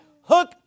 hook